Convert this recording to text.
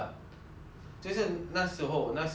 就是那时候那时候 err